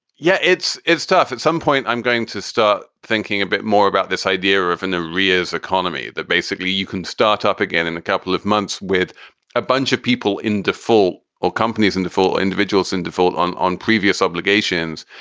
yeah, it's it's tough. at some point i'm going to start thinking a bit more about this idea of an a rei's economy that basically you can start up again in a couple of months with a bunch of people in default or companies in default, individuals in default on on previous obligations.